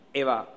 eva